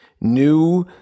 new